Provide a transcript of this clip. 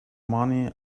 money